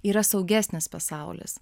yra saugesnis pasaulis